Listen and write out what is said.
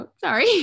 sorry